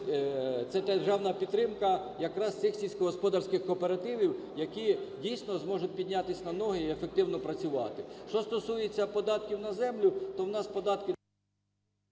це державна підтримка якраз цих сільськогосподарських кооперативів, які дійсно зможуть піднятися на ноги і ефективно працювати. Що стосується податків на землю, то в нас податки…